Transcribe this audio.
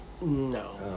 No